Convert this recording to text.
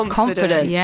confident